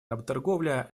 работорговля